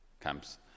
camps